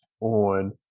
on